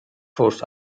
force